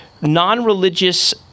non-religious